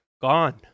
Gone